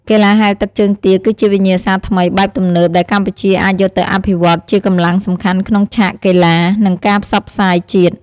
កីឡាហែលទឹកជើងទាគឺជាវិញ្ញាសាថ្មីបែបទំនើបដែលកម្ពុជាអាចយកទៅអភិវឌ្ឍជាកម្លាំងសំខាន់ក្នុងឆាកកីឡា និងការផ្សព្វផ្សាយជាតិ។